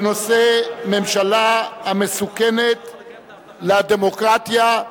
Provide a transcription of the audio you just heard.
בנושא: הממשלה מסוכנת לדמוקרטיה,